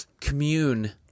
commune